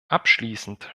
abschließend